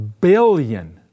billion